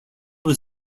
was